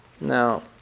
Now